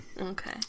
Okay